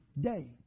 day